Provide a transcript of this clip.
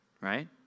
right